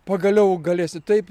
pagaliau galėsi taip